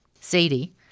Sadie